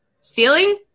stealing